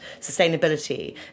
sustainability